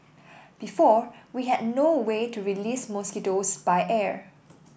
before we had no way to release mosquitoes by air